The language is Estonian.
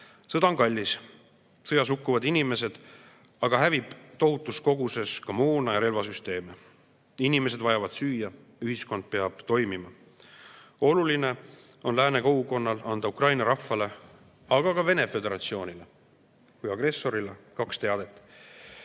Sõda on kallis, sõjas hukkuvad inimesed, aga hävib tohutus koguses ka moona ja relvasüsteeme. Inimesed vajavad süüa, ühiskond peab toimima. Oluline on lääne kogukonnal anda Ukraina rahvale, aga ka Vene Föderatsioonile kui agressorile kaks teadet.